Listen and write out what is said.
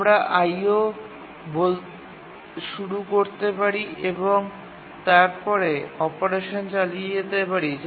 আমরা IO শুরু করতে পারি এবং তারপরে অপারেশন চালিয়ে যেতে পারি